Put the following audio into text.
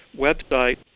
website